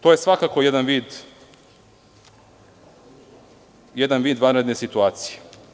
To je svakako jedan vid vanredne situacije.